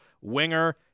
winger